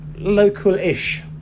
local-ish